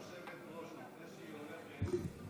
היושבת-ראש, לפני שהיא הולכת להכפיש את